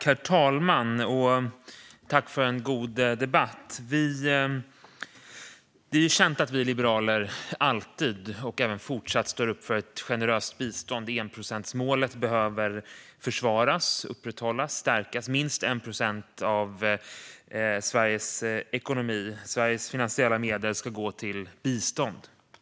Herr talman! Jag tackar för en god debatt. Det är känt att vi liberaler alltid och även fortsatt står upp för ett generöst bistånd. Enprocentsmålet behöver försvaras, upprätthållas och stärkas. Minst 1 procent av Sveriges finansiella medel ska gå till bistånd.